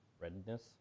redness